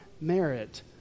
merit